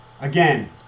Again